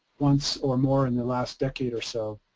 once or more in the last decade or so.